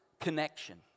connection